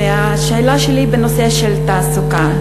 השאלה שלי היא בנושא של תעסוקה.